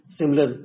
similar